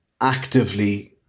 actively